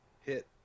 hit